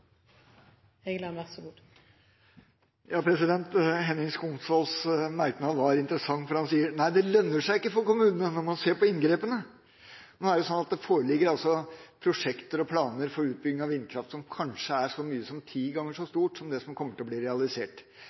merknad var interessant, for han sier at det ikke lønner seg for kommunene når man ser på inngrepene. Nå er det sånn at det foreligger prosjekter og planer for utbygging av vindkraft som kanskje er så mye som ti ganger så store som det som kommer til å bli realisert.